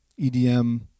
EDM